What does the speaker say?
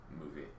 movie